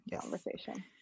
conversation